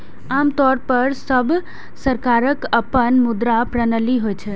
आम तौर पर सब सरकारक अपन मुद्रा प्रणाली होइ छै